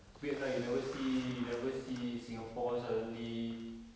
weird lah you never see never see singapore suddenly